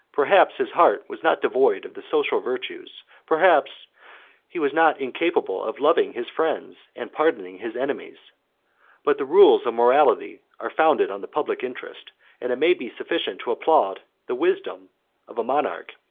perhaps his heart was not devoid of the social virtues perhaps he was not incapable of loving his friends and pardoning his enemies but the rules of morality are founded on the public interest and it may be sufficient to applaud the wisdom of a monarch,